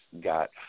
got